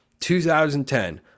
2010